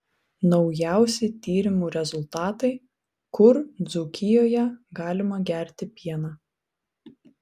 naujausi tyrimų rezultatai kur dzūkijoje galima gerti pieną